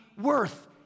worth